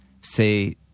say